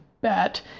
bet